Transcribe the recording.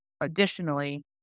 additionally